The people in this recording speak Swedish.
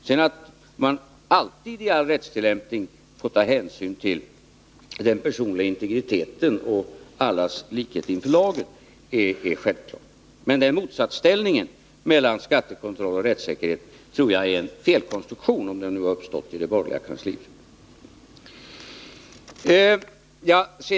Att man sedan alltid i all rättstillämpning får ta hänsyn till den personliga integriteten och allas likhet inför lagen är självklart, men motsatsställningen mellan skattekontroll och rättssäkerhet tror jag är en felkonstruktion — om den nu har uppstått i det borgerliga kansliet.